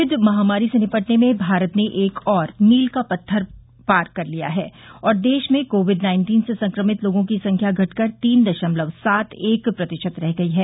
Covid महामारी से निपटने में भारत ने एक और मील का पत्थर पार कर लिया है और देश में कोविड नाइंटीन से संक्रमित लोगों की संख्या घटकर तीन दशमलव सात एक प्रतिशत रह गई है